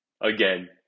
again